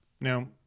Now